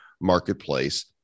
marketplace